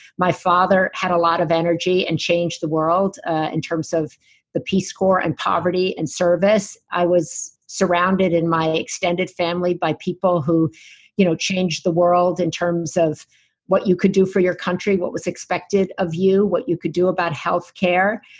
my father had a lot of energy and changed the world ah in terms of the peace corps, and poverty, and service. i was surrounded in my extended family by people who you know changed the world in terms of what you could do for your country, what was expected of you, what you could do about healthcare.